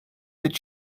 that